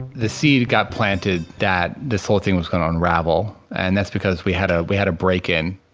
the seed got planted that this whole thing was going to unravel. and that's because we had ah we had a break in.